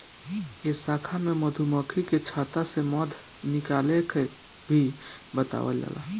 ए शाखा में मधुमक्खी के छता से मध निकाले के भी बतावल जाला